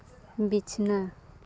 ᱵᱤᱪᱷᱱᱟᱹ